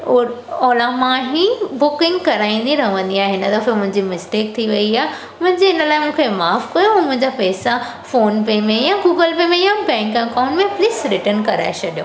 ओ Ola मां ई booking कराईंदी रहंदी आहियां हिन दफ़े मुंहिंजी मिस्टेक थी वई आहे मुंहिंजी हिन लाइ माफ़ु कयो ऐं मुंहिंजा पैसा फ़ोन पे में या गूगल पे में या बैंक एकाउंट में प्लीज़ रिटर्न कराए छॾियो